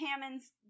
Hammond's